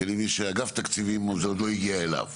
כי אני מבין שזה עוד לא הגיע לאגף תקציבים.